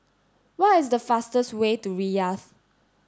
what is the fastest's way to Riyadh